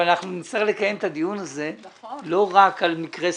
אבל נצטרך לקיים את הדיון הזה לא רק על מקרה ספציפי.